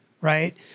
right